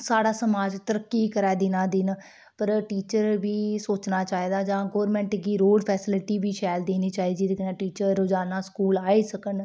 साढ़ा समाज तरक्की करै दिना दिन पर टीचर बी सोचना चाहिदा जां गौरमेंट गी रोड फेस्लिटी बी शैल देनी चाहिदी जेह्दे कन्नै टीचर रोजाना स्कूल आई सकन